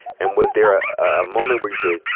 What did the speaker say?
and was there a ah moment where you said,